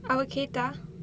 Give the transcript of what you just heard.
அவ கேட்டா:ava kettaa